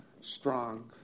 strong